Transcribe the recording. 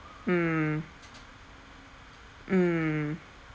mm mm